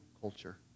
culture